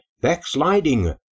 backsliding